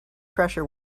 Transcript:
pressure